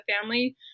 family